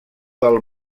del